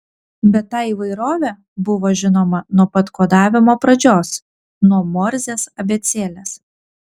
bet ta įvairovė buvo žinoma nuo pat kodavimo pradžios nuo morzės abėcėlės